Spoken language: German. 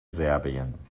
serbien